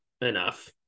enough